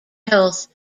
health